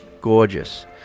gorgeous